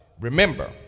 remember